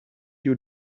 you